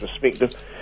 perspective